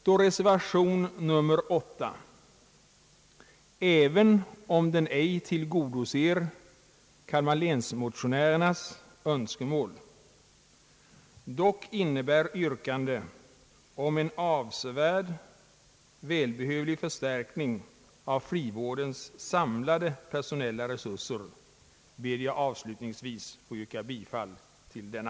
Då reservation nr 8, även om den ej tillgodoser Kalmarlänsmotionärernas önskemål, dock innebär yrkande om en välbehövlig förstärkning av frivårdens samlade personella resurser, kommer jag att yrka bifall till denna.